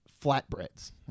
flatbreads